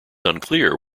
unclear